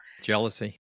Jealousy